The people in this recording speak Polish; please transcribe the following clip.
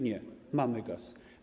Nie, mamy gaz.